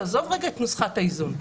תעזוב רגע את נוסחת האיזון.